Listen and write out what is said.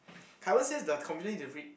Kai-Wen says the conviction they read